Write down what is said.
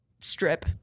strip